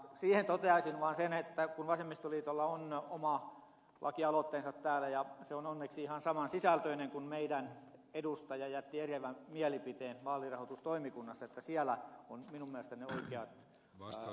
siihen toteaisin vaan sen kun vasemmistoliitolla on oma lakialoitteensa täällä ja se on onneksi ihan saman sisältöinen kuin meidän edustajamme eriävä mielipide vaalirahoitustoimikunnassa että siellä on minun mielestäni oikea summa